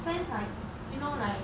friends like you know like